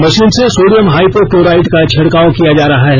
machine से sodium hypo chloride का छिड़काव किया जा रहा है